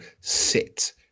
sit